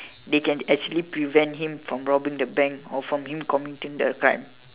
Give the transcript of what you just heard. they can actually prevent him from robbing the bank or from him committing the crime